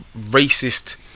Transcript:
racist